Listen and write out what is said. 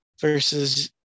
versus